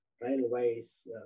railways